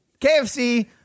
KFC